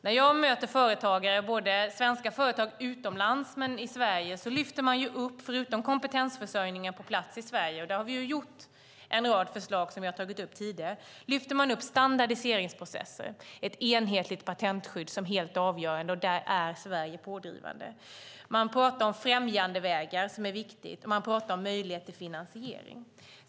När jag möter svenska företagare, både utomlands och i Sverige, lyfter man upp kompetensförsörjningen på plats i Sverige. Där har vi ju kommit med en rad förslag som jag tog upp tidigare. Dessutom lyfter man upp standardiseringsprocessen och ett enhetligt patentskydd som helt avgörande. Där är Sverige pådrivande. Man pratar också om främjandevägar och om möjligheten till finansiering.